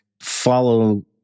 follow